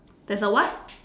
there's a what